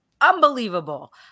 unbelievable